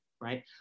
right